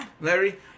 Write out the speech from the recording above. Larry